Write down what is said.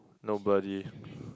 nobody